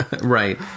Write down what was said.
Right